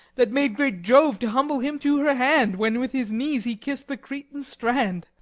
that made great jove to humble him to her hand, when with his knees he kiss'd the cretan strand.